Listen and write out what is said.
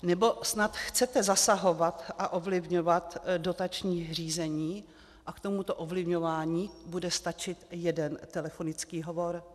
Nebo snad chcete zasahovat a ovlivňovat dotační řízení a k tomuto ovlivňování bude stačit jeden telefonický hovor?